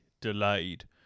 delayed